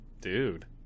Dude